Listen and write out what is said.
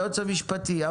היועץ המשפטי,